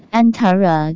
antara